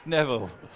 Neville